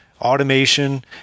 automation